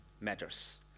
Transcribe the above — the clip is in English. matters